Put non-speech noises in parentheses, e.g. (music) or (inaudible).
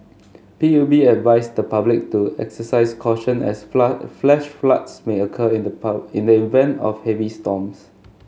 P U B advised the public to exercise caution as flood flash floods may occur in the (unintelligible) in the event of heavy storms